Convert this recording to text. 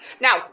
Now